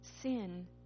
Sin